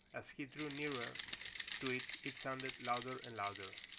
as he drew nearer to it, it sounded louder and louder.